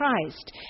Christ